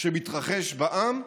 שמתרחש בעם,